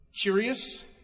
curious